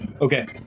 Okay